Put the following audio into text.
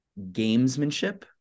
gamesmanship